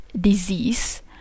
disease